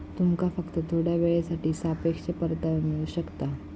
तुमका फक्त थोड्या येळेसाठी सापेक्ष परतावो मिळू शकता